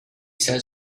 says